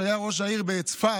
שהיה ראש העיר בצפת,